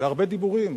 והרבה דיבורים,